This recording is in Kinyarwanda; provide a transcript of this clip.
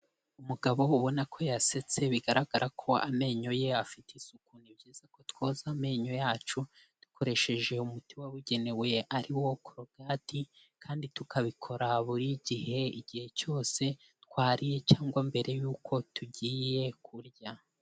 Umugabo ubona ko yasetse bigaragara ko amenyo ye afite isuku, ni byiza ko twoza amenyo yacu, dukoresheje umuti wabugenewe ariwo korogate kandi tukabikora buri gihe igihe cyose twariye cyangwa mbere y'uko tugiye kurya.